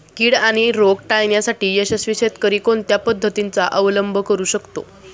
कीड आणि रोग टाळण्यासाठी यशस्वी शेतकरी कोणत्या पद्धतींचा अवलंब करू शकतो?